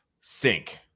Sink